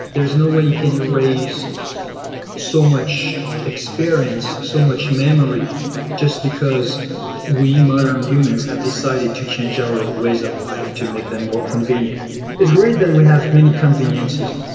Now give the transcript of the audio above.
there's no way you can erase so much experience, so much memory just because we modern humans have decided to change our ways of life to make them more convenient it's great that we have many conveniences,